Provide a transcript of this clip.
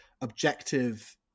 objective